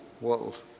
world